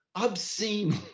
obscene